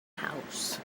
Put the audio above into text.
house